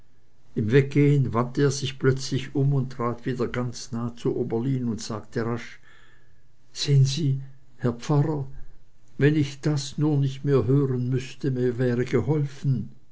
im weggehn wandte er sich plötzlich um und trat wieder ganz nahe zu oberlin und sagte rasch sehn sie herr pfarrer wenn ich das nur nicht mehr hören müßte mir wäre geholfen